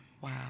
Wow